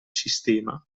sistema